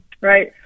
Right